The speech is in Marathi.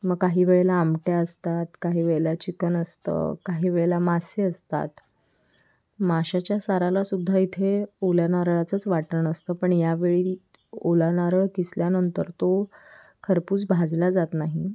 मग काही वेळेला आमट्या असतात काही वेळेला चिकन असतं काही वेळेला मासे असतात माशाच्या सारालासुद्धा इथे ओल्या नारळाचंच वाटण असतं पण यावेळी ओला नारळ किसल्यानंतर तो खरपूस भाजला जात नाही